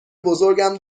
بزرگم